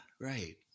right